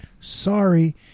Sorry